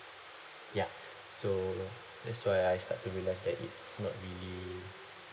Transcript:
ya so that's why I start to realise that it's not really